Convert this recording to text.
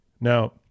Now